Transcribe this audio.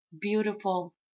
beautiful